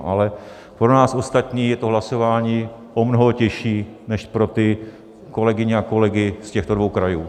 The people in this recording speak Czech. Ale pro nás ostatní je to hlasování o mnoho těžší než pro kolegyně a kolegy z těchto dvou krajů.